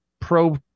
pro